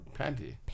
Panty